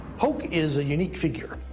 polk is a unique figure,